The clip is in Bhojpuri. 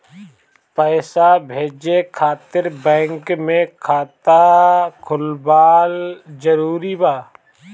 पईसा भेजे खातिर बैंक मे खाता खुलवाअल जरूरी बा?